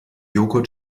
jogurt